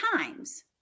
times